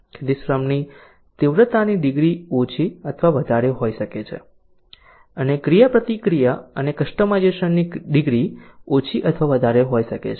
તેથી શ્રમની તીવ્રતાની ડિગ્રી ઓછી અથવા વધારે હોઈ શકે છે અને ક્રિયાપ્રતિક્રિયા અને કસ્ટમાઇઝેશનની ડિગ્રી ઓછી અથવા વધારે હોઈ શકે છે